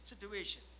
situation